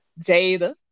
Jada